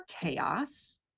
chaos